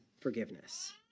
forgiveness